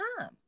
time